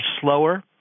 slower